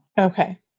Okay